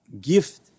gift